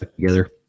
together